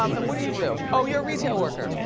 um and what do you do? oh, you're a retail worker.